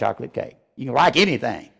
chocolate cake you write anything